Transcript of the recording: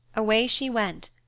away she went,